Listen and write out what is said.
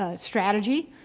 ah strategy,